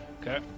Okay